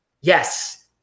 Yes